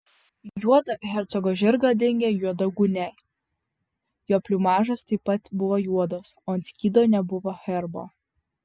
juodą hercogo žirgą dengė juoda gūnia jo pliumažas taip pat buvo juodas o ant skydo nebuvo herbo